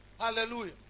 hallelujah